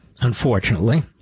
unfortunately